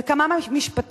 זה כמה משפטים,